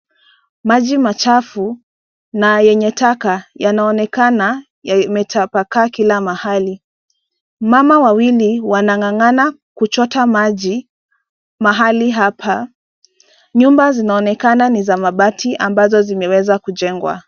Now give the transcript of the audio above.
Maji machafu na yenye taka yanaonekana yametapakaa kila mahali. Mama wawili wanang'ang'ana kuchota maji mahali hapa. Nyumba zinaonekana ni za mabati ambazo zimeweza kujengwa.